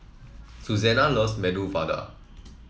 Susannah loves Medu Vada